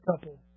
couple